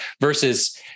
versus